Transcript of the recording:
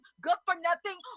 good-for-nothing